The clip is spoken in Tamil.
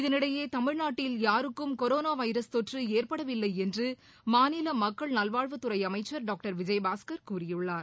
இதளிடையே தமிழ்நாட்டில் யாருக்கும் கொரோனா வைரஸ் தொற்று ஏற்படவில்லை என்று மாநில மக்கள் நல்வாழ்வுத்துறை அமைச்சர் டாக்டர் விஜயபாஸ்கர் கூறியுள்ளார்